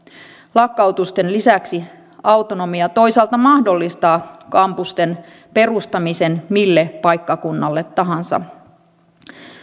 lakkautusten lisäksi autonomia toisaalta mahdollistaa kampusten perustamisen mille paikkakunnalle tahansa